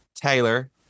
Taylor